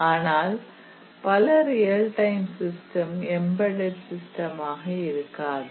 ஆனால் பல real time system embedded system ஆக இருக்காது